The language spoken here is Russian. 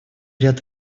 ряд